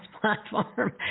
platform